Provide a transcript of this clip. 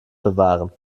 bewahren